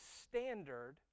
standard